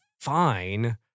fine